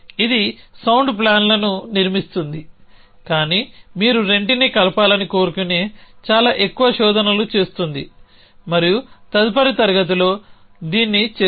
ఇది సౌండ్ ప్లాన్లను నిర్మిస్తోంది కానీ మీరు రెంటిని కలపాలని కోరుకునే చాలా ఎక్కువ శోధనలు చేస్తోంది మరియు తదుపరి తరగతిలో దీన్ని చేస్తుంది